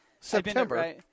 september